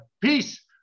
peace